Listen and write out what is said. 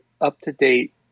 up-to-date